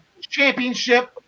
Championship